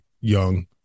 young